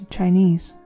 Chinese